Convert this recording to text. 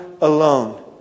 alone